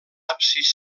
absis